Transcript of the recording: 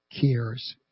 cares